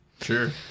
Sure